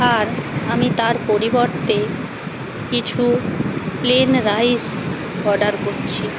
আর আমি তার পরিবর্তে কিছু প্লেন রাইস অর্ডার করছি